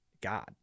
God